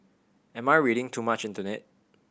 am I reading too much into it